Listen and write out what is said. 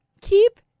Keep